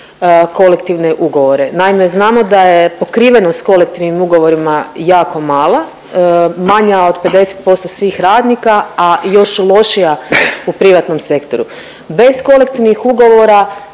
kolektivne ugovore? Naime, znamo da je pokrivenost kolektivnim ugovorima jako mala, manja od 50% svih radnika, a još lošija u privatnom sektoru. Bez kolektivnih ugovora